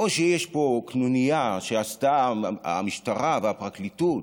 או שיש פה קנוניה שעשו המשטרה והפרקליטות,